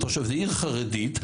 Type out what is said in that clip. זה עיר חרדית.